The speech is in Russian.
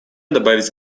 добавить